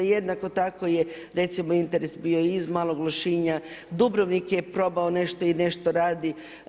Jednako tako je recimo interes bio i iz Malog Lošinja, Dubrovnik je probao nešto i nešto radi.